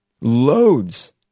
loads